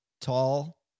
Tall